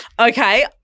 Okay